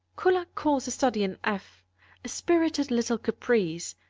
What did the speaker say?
kullak calls the study in f a spirited little caprice,